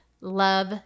love